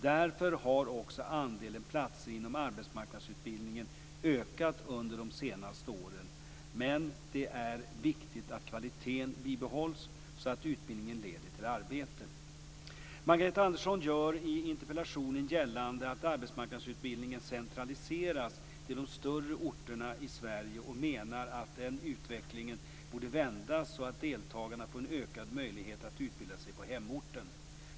Därför har också andelen platser inom arbetsmarknadsutbildningen ökat under de senaste åren. Det är dock viktigt att kvaliteten bibehålls så att utbildningen leder till arbete. Margareta Andersson gör i interpellationen gällande att arbetsmarknadsutbildningen centraliserats till de större orterna i Sverige och menar att den utvecklingen borde vändas så att deltagarna får en ökad möjlighet att utbilda sig på hemorten.